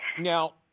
Now